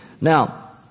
Now